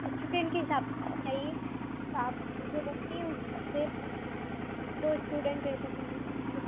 student के हिसाब से चाहिए तो आप मुझे बताइए उस हिसाब से मतलब दो इस्टुडेन्ट रह सकेंगे या फिर